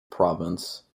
province